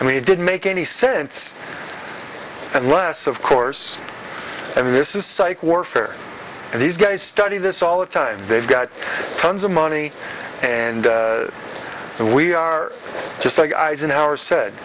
we didn't make any sense unless of course i mean this is psych warfare and these guys study this all the time they've got tons of money and we are just eisenhower said